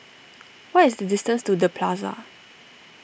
what is the distance to the Plaza